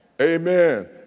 Amen